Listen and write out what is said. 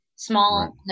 small